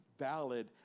valid